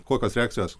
kokios reakcijos